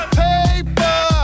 paper